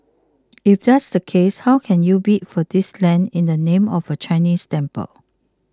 if that's the case how can you bid for this land in the name of a Chinese temple